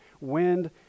wind